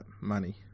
money